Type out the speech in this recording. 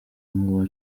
nk’uwa